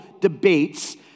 debates